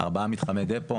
ארבעה מתחמי דיפו,